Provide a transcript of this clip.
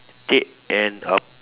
take and an